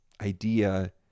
idea